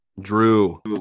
Drew